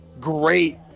great